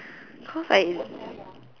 cause like